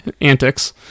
antics